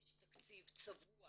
יש לנו תקציב צבוע